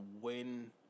win